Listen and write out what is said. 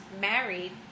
married